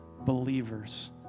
believers